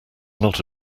not